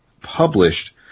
published